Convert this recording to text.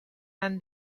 and